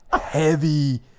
heavy